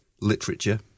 literature